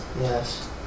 Yes